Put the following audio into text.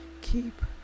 keep